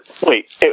Wait